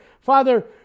Father